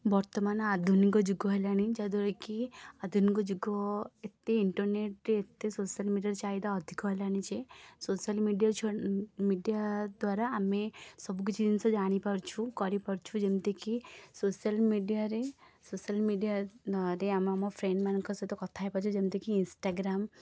ବର୍ତ୍ତମାନ ଆଧୁନିକ ଯୁଗ ହେଲାଣି ଯାଦ୍ଵାରାକି ଆଧୁନିକ ଯୁଗ ଏତେ ଇଣ୍ଟରନେଟ୍ ଏତେ ସୋସିଆଲ୍ ମିଡ଼ିଆ ଚାହିଦା ଅଧିକା ହେଲାଣି ଯେ ସୋସିଆଲ୍ ମିଡ଼ିଆ ଦ୍ୱାରା ଆମେ ସବୁକିଛି ଜିନଷ ଜାଣିପାରୁଛୁ କରିପାରୁଛୁ ଯେମିତିକି ସୋସିଆଲ୍ ମିଡ଼ିଆରେ ସୋସିଆଲ୍ ମିଡ଼ିଆ ନାଁରେ ଆମେ ଆମ ଫ୍ରେଣ୍ଡମାନଙ୍କ ସହିତ କଥା ହେଇପାରୁଛୁ ଯେମିତିକି ଇନ୍ସଟାଗ୍ରାମ୍